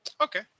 Okay